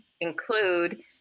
include